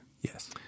Yes